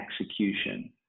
execution